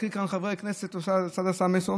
מקריא כאן חבר הכנסת אוסאמה סעדי ואומר: